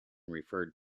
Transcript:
referred